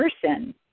person